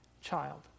child